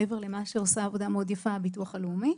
מעבר למה שעושה עבודה מאוד יפה הביטוח הלאומי.